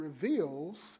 reveals